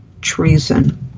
treason